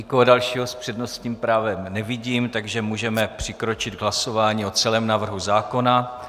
Nikoho dalšího s přednostním právem nevidím, takže můžeme přikročit k hlasování o celém návrhu zákona.